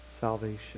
salvation